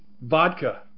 Vodka